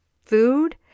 food